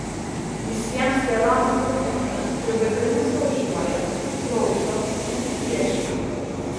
visiems tėvams patinka kai vaikai nesiožiuoja klauso nesipriešina